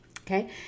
Okay